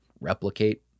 replicate